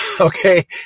Okay